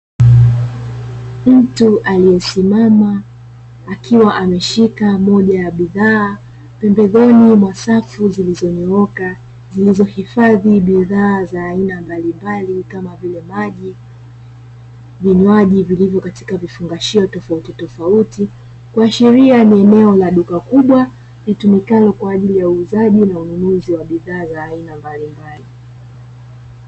Mtu aliyesimama akiwa ameshika moja ya bidhaa pembezoni mwasafu zilizonyooka zinazohifadhi bidhaa za aina mbalimbali kama vile maji, vinywaji vilivyo katika vifungashio tofautitofauti, kuashiria ni eneo la duka kubwa litumikalo kwa ajili ya uuzaji na ununuzi wa bidhaa za aina mbalimbali.